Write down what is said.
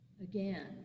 again